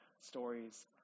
stories